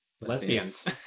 lesbians